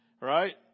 right